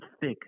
thick